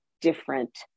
different